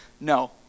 No